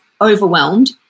overwhelmed